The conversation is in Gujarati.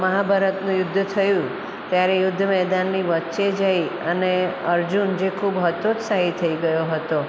મહાભારતનું યુદ્ધ થયું ત્યારે યુદ્ધ મેદાનની વચ્ચે જઈ અને અર્જુન જે ખૂબ હતોત્સાહી થઈ ગયો હતો